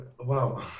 Wow